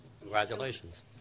Congratulations